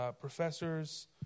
professors